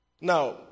Now